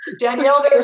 Danielle